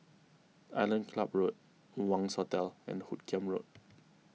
Island Club Road Wangz Hotel and Hoot Kiam Road